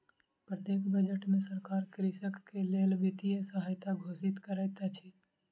प्रत्येक बजट में सरकार कृषक के लेल वित्तीय सहायता घोषित करैत अछि